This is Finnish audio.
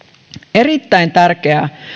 erittäin tärkeää